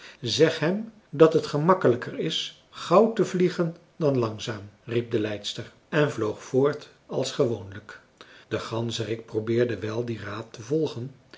zeg hem dat het gemakkelijker is gauw te vliegen dan langzaam riep de leidster en vloog voort als gewoonlijk de ganzerik probeerde wel dien raad te volgen